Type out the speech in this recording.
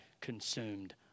consumed